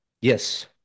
yes